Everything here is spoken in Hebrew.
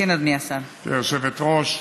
גברתי היושבת-ראש,